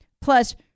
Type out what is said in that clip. plus